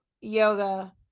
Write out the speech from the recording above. yoga